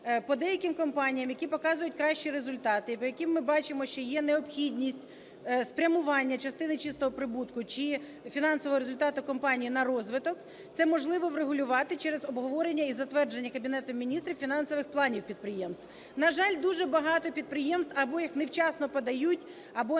по деяким компаніям, які показують кращі результати, по яким ми бачимо, що є необхідність спрямування частини чистого прибутку чи фінансового результату компанії на розвиток, це можливо врегулювати через обговорення і затвердження Кабінетом Міністрів фінансових планів підприємств. На жаль, дуже багато підприємств або їх невчасно подають, або не